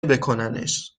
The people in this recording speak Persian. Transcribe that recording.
بکننش